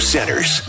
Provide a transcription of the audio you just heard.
Centers